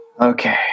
Okay